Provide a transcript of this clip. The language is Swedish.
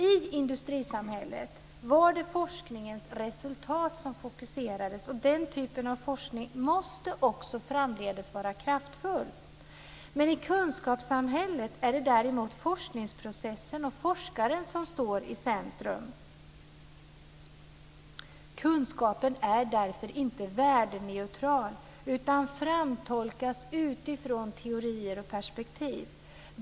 I industrisamhället var det forskningens resultat som fokuserades, och den typen av forskning måste också framdeles vara kraftfull. Men i kunskapssamhället är det däremot forskningsprocessen och forskaren som står i centrum. Kunskapen är därför inte värdeneutral utan framtolkas utifrån teorier och perspektiv.